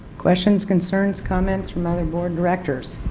questions concerns comments from other board directors?